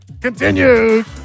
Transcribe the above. continues